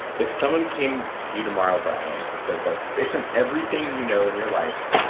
if someone came to you tomorrow brian, and said, like based on everything you know in your life,